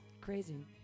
crazy